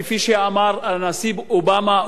כפי שאמר הנשיא אובמה,